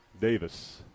Davis